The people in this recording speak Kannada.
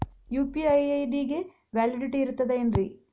ಯು.ಪಿ.ಐ ಐ.ಡಿ ಗೆ ವ್ಯಾಲಿಡಿಟಿ ಇರತದ ಏನ್ರಿ?